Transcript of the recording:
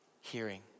Hearing